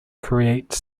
create